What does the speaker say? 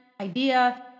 idea